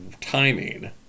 timing